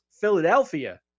Philadelphia